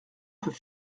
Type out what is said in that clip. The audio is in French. peut